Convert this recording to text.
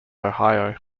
ohio